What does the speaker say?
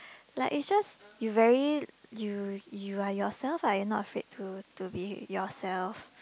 like is just you very you you are yourself you are not afraid to to be yourself